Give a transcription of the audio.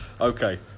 Okay